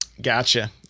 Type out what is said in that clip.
Gotcha